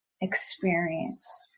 experience